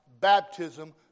baptism